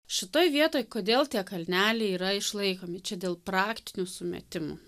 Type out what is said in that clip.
šitoj vietoj kodėl tie kalneliai yra išlaikomi čia dėl praktinių sumetimų